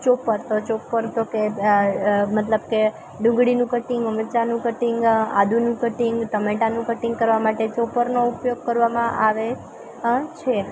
chopper તો chopper તોકે મતલબ કે ડુંગળીનું કટિંગ મર્ચાનું કટિંગ આદુંનું કટિંગ ટમેટાનું કટિંગ કરવા માટે ચોપરનો ઉપયોગ કરવામાં આવે છે